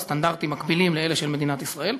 הסטנדרטים מקבילים לאלה של מדינת ישראל,